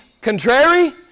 contrary